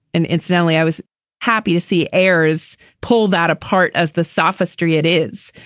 and incidentally, i was happy to see ayres pull that apart as the sophistry it is.